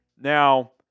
Now